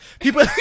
People